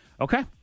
Okay